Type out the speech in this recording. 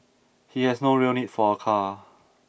he has no real need for a car